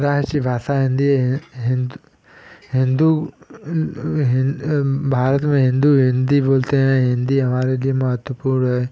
राष्ट्र भाषा हिन्दी है हिन्द हिन्दू हिन भारत में हिन्दू हिन्दी बोलते हैं हिन्दी हमारे लिए महत्वपूर्ण है